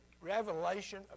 revelation